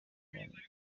uganda